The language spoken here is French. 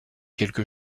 quelque